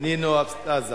נינו אבסדזה.